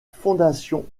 fondation